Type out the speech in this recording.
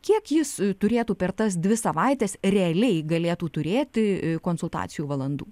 kiek jis turėtų per tas dvi savaites realiai galėtų turėti konsultacijų valandų